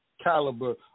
caliber